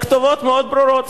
לכתובות מאוד ברורות.